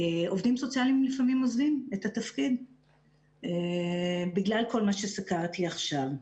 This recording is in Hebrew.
עובדים סוציאליים לפעמים עוזבים את התפקיד בגלל כל מה שסקרתי עכשיו.